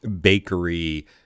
bakery